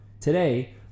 Today